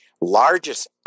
largest